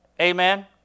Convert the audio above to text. Amen